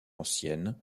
anciennes